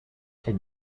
can